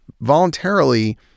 voluntarily